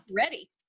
ready